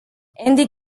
andy